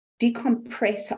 decompress